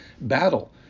battle